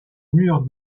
mur